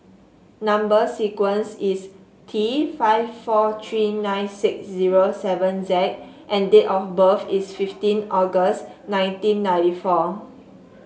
number sequence is T five four three nine six zero seven Z and date of birth is fifteen August nineteen ninety four